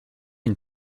une